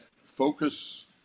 focus